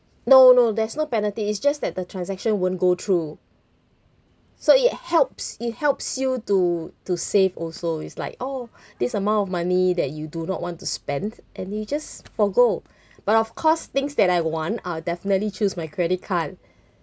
no no there's no penalty it's just that the transaction won't go through so it helps it helps you to to save also it's like oh this amount of money that you do not want to spend and you just forgo but of course things that I want I definitely choose my credit card